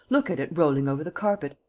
look at it rolling over the carpet!